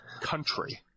country